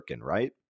right